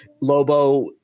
Lobo